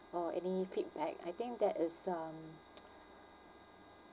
or any feedback I think that is um